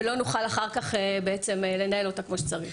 ולא נוכל אחר כך לנהל אותה כמו שצריך.